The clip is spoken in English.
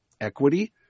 equity